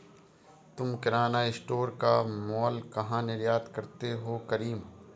तुम किराना स्टोर का मॉल कहा निर्यात करते हो करीम?